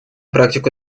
практику